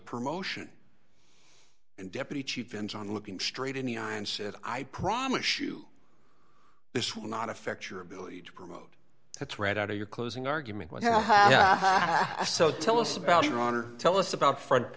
promotion and deputy chief ends on looking straight in the eye and said i promise you this will not affect your ability to promote a thread out of your closing argument well ha ha ha so tell us about iran or tell us about fr